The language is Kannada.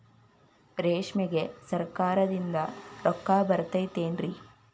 ರೇಷ್ಮೆಗೆ ಸರಕಾರದಿಂದ ರೊಕ್ಕ ಬರತೈತೇನ್ರಿ?